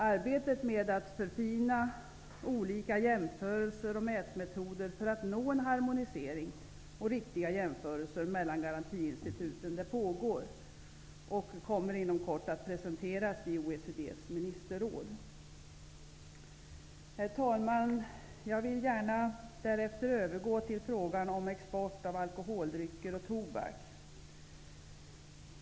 Arbetet med att förfina olika jämförelser och mätmetoder för att uppnå en harmonisering och riktiga jämförelser mellan garantiinstituten pågår och kommer inom kort att presenteras i OECD:s ministerråd. Herr talman! Jag vill så övergå till frågan om export av alkoholdrycker och tobak.